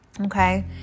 Okay